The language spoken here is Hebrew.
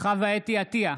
חוה אתי עטייה,